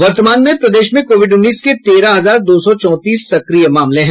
वर्तमान में प्रदेश में कोविड उन्नीस के तेरह हजार दो सौ चौंतीस सक्रिय मामले हैं